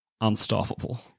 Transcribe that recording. unstoppable